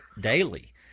daily